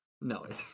No